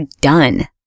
done